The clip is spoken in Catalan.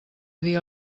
dia